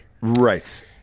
Right